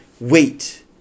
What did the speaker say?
wait